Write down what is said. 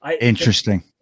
Interesting